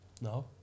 No